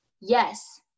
Yes